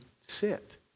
sit